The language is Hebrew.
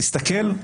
תודה.